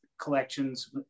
collections